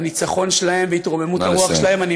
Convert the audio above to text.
והניצחון שלהן והתרוממות הרוח שלהן, נא לסיים.